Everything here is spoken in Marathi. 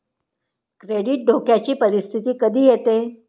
क्रेडिट धोक्याची परिस्थिती कधी येते